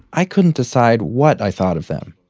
i couldn't decide what i thought of them.